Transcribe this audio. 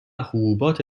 حبوبات